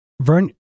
Vern